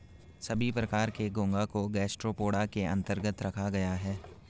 सभी प्रकार के घोंघा को गैस्ट्रोपोडा के अन्तर्गत रखा गया है